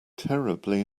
terribly